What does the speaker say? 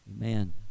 Amen